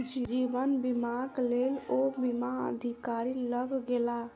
जीवन बीमाक लेल ओ बीमा अधिकारी लग गेला